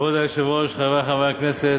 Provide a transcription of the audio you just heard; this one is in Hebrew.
כבוד היושב-ראש, חברי חברי הכנסת,